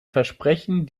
versprechen